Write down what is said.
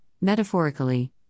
metaphorically